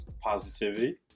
Positivity